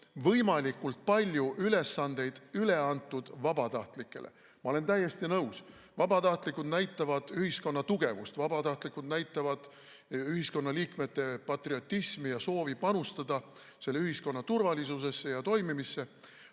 võimalikult palju ülesandeid oleks üle antud vabatahtlikele. Ma olen täiesti nõus, et vabatahtlikud näitavad ühiskonna tugevust, vabatahtlikud näitavad ühiskonnaliikmete patriotismi ja soovi panustada selle ühiskonna turvalisusesse ja toimimisse.